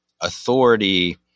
authority